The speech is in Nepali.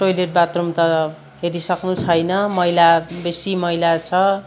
टोइलेट बाथरुम त हेरिसक्नु छैन मैला बेसी मैला छ